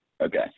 Okay